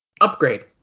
upgrade